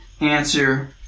answer